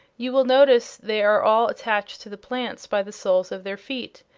you will notice they are all attached to the plants by the soles of their feet,